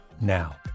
now